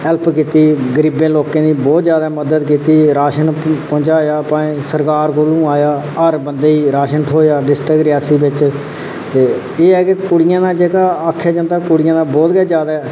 help कीती गरीबें लोकें दी बहुत जादै मदद कीती राशन पजाया भाएं सरकार कोला आया हर बंदे गी राशन थ्होया डिस्ट्रिक्ट रियासी बिच एह् कि जेह्ड़ा आक्खेआ जंदा कुड़ियें दा बहुत गै जादै